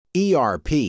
ERP